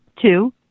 two